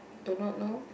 do not know